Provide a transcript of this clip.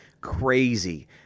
crazy